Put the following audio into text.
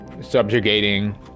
subjugating